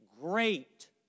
great